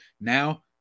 Now